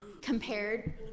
compared